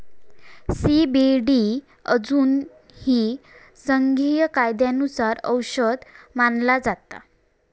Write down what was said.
CBD अजूनही संघीय कायद्यानुसार औषध मानला जाता